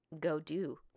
go-do